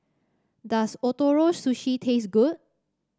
does Ootoro Sushi taste good